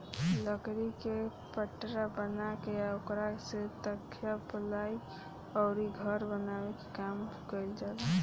लकड़ी के पटरा बना के ओकरा से तख्ता, पालाइ अउरी घर बनावे के काम कईल जाला